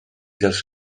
dels